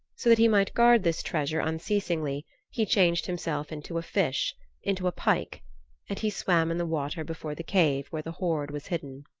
so that he might guard this treasure unceasingly he changed himself into a fish into a pike and he swam in the water before the cave where the hoard was hidden.